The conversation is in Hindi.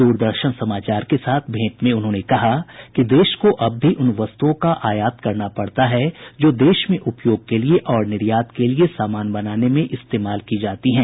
दूरदर्शन समाचार के साथ भेंट में उन्होंने कहा कि देश को अब भी उन वस्तुओं का आयात करना पड़ता है जो देश में उपयोग के लिए और निर्यात के लिए सामान बनाने में इस्तेमाल की जाती हैं